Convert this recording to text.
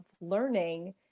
learning